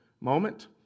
moment